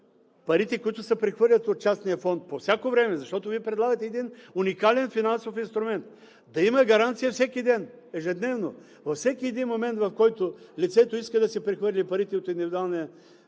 парите, които се прехвърлят от частния фонд по всяко време, защото Вие предлагате един уникален финансов инструмент – да има гаранция всеки ден, ежедневно, във всеки един момент, в който лицето иска да си прехвърли парите от частния